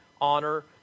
honor